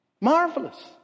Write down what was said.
marvelous